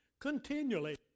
continually